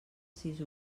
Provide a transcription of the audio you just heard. sis